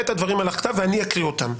שיעלה את הדברים על הכתב ואני אקריא אותם.